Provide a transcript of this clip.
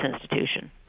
institution